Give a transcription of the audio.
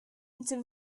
into